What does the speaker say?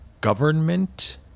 government